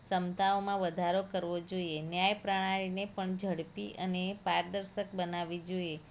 ક્ષમતાઓમાં વધારો કરવો જોઈએ ન્યાય પ્રણાલીને પણ ઝડપી અને પારદર્શક બનાવવી જોઈએ